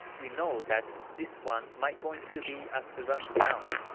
you know that this one might going to be a thrust down.